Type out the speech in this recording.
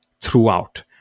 throughout